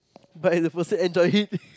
but if the person enjoy it